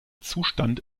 zustand